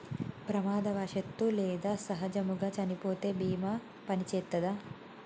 ప్రమాదవశాత్తు లేదా సహజముగా చనిపోతే బీమా పనిచేత్తదా?